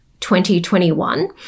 2021